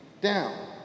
down